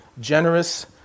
generous